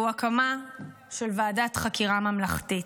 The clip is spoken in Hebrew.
והוא הקמה של ועדת חקירה ממלכתית.